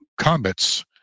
comets